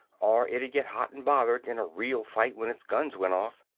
or it'd get hot and bothered in a real fight when its guns went off.